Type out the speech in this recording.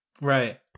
Right